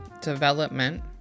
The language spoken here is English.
development